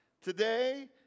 today